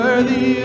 Worthy